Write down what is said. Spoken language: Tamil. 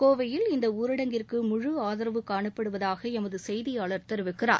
கோவையில் இந்த ஊரடங்கிற்கு முழு ஆதரவு காணப்படுவதாக எமது செய்தியாளர் தெரிவிக்கிறார்